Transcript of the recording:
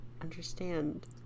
understand